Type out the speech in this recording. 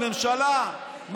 הממשלה,